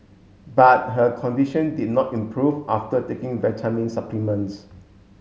but her condition did not improve after taking vitamin supplements